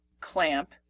clamp